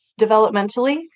developmentally